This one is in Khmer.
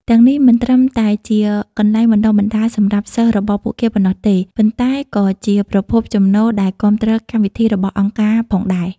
ទាំងនេះមិនត្រឹមតែជាកន្លែងបណ្តុះបណ្តាលសម្រាប់សិស្សរបស់ពួកគេប៉ុណ្ណោះទេ ប៉ុន្តែក៏ជាប្រភពចំណូលដែលគាំទ្រកម្មវិធីរបស់អង្គការផងដែរ ។